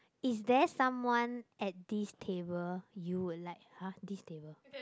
is there someone at this table you would like !huh! this table